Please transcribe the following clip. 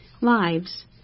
lives